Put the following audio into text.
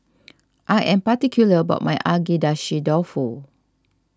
I am particular about my Agedashi Dofu